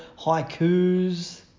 haikus